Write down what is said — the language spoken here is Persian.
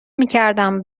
میکردم